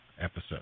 episode